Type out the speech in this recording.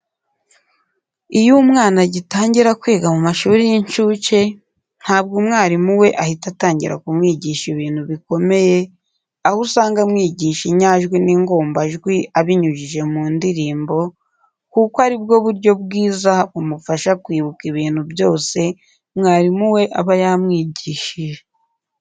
Iyo umwana agitangira kwiga mu mashuri y'incuke, ntabwo umwarimu we ahita atangira kumwigisha ibintu bikomeye, aho usanga amwigisha inyajwi n'ingombajwi abinyujije mu ndirimbo, kuko ari bwo buryo bwiza bumufasha kwibuka ibintu byose mwarimu we aba yamwigishije.